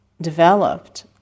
developed